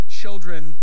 children